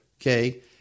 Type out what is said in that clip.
Okay